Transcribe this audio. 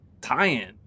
tie-in